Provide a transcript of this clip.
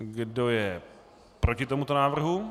Kdo je proti tomuto návrhu?